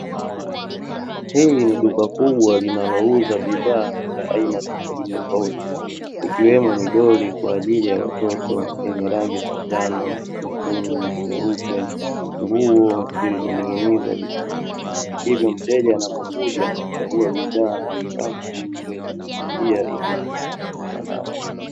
Hili ni duka kubwa linalouuza bidhaa za aina tofauti tofauti ikiwemo midoli kwa ajili ya watoto yenye rangi za njano, nyekundu, nyeupe, nguo zilizoning'inizwa vizuri, hivyo mteja anapokuja huchagua bidhaa anayoitaka na kuweza kuilipia ilikuweza kuondoka nayo.